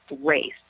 race